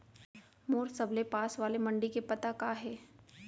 मोर सबले पास वाले मण्डी के पता का हे?